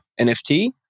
NFT